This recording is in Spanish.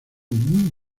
muy